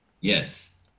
Yes